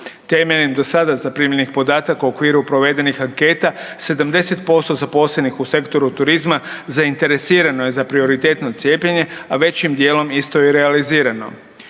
Temeljem do sada zaprimljenih podataka u okviru provedenih anketa 70% zaposlenih u sektoru turizma zainteresirano je za prioritetno cijepljenje, a većim dijelom isto je i realizirano.